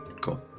cool